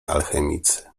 alchemicy